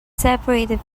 separated